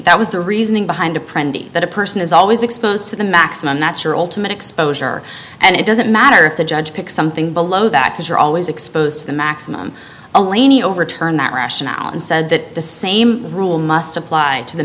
that was the reasoning behind a print that a person is always exposed to the maximum natural to meet exposure and it doesn't matter if the judge pick something below that because you're always exposed to the maximum alania overturn that rationale and said that the same rule must apply to the